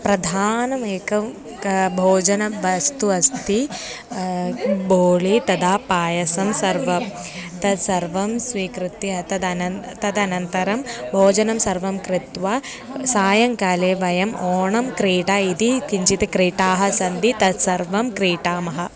प्रधानमेकं का भोजनवस्तु अस्ति बोळि तथा पायसं सर्वं तत् सर्वं स्वीकृत्य तदनन्तरं तदनन्तरं भोजनं सर्वं कृत्वा सायङ्काले वयम् ओणं क्रीडा इति किञ्चित् क्रीडाः सन्ति तत्सर्वं क्रीडामः